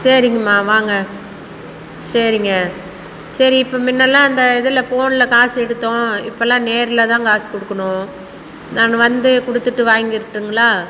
சரிங்கம்மா வாங்க சரிங்க சரி இப்போ முன்னலாம் அந்த இதில் போனில் காசு எடுத்தோம் இப்போலாம் நேரில் தான் காசு கொடுக்கணும் நான் வந்தே கொடுத்துட்டு வாங்கிடட்டுங்களா